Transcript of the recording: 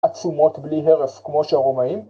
עצומות בלי הרף כמו שהרומאים